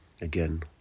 again